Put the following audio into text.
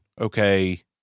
Okay